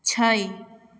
छओ